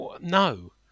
no